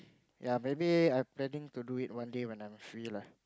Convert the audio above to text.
ya maybe I planning to do it one day when I'm free lah